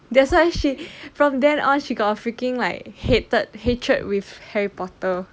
that's why she from then on she got a freaking like hated hatred with harry potter